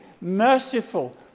merciful